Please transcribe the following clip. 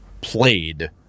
played